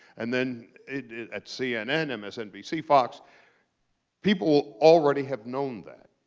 and then at cnn, msnbc, fox people already have known that.